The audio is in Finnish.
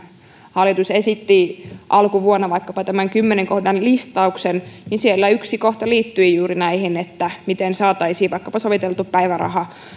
hallitus esitti alkuvuonna vaikkapa tämän kymmenen kohdan listauksen siellä yksi kohta liittyi juuri näihin miten saataisiin vaikkapa soviteltu päiväraha